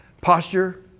Posture